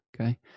okay